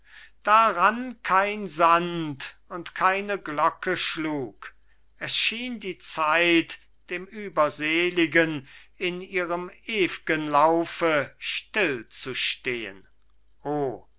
rann kein sand und keine glocke schlug es schien die zeit dem überseligen in ihrem ewgen laufe still zu stehen